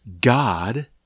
God